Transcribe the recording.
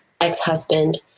ex-husband